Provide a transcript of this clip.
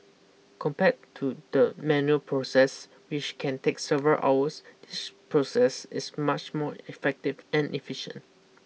compared to the manual process which can take several hours this process is much more effective and efficient